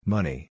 Money